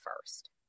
first